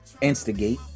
instigate